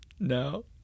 No